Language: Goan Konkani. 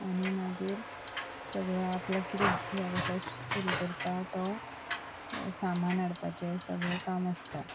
आनी मागीर सगळो आपल्याक कितें वेवसाय सुरू करता तो सामान हाडपाचें सगळें काम आसता